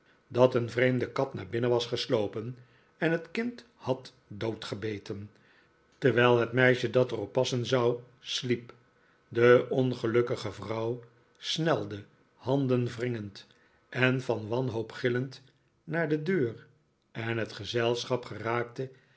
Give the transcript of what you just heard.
dat een vreemde kat naar binnen was geslopen en het kind had doodgebeten terwijl het meisje dat er op passen zou sliep de ongelukkige vrouw snelde haiidenwringend en van wanhoop gillend naar de deur en het gezelschap geraakte